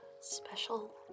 special